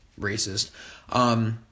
racist